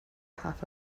half